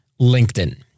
LinkedIn